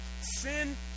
Sin